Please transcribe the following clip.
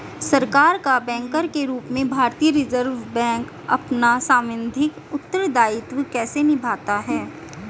सरकार का बैंकर के रूप में भारतीय रिज़र्व बैंक अपना सांविधिक उत्तरदायित्व कैसे निभाता है?